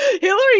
Hillary